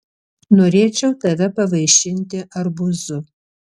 norėčiau tave pavaišinti arbūzu